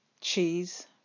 cheese